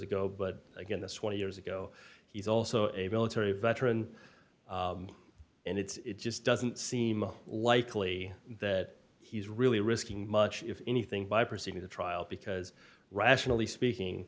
ago but again that's twenty years ago he's also a military veteran and it's just doesn't seem likely that he's really risking much if anything by proceeding to trial because rationally speaking